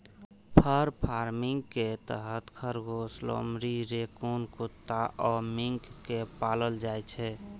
फर farming के तहत खरगोश, लोमड़ी, रैकून कुत्ता आ मिंक कें पालल जाइ छै